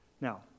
Now